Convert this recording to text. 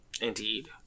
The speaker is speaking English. Indeed